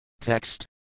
Text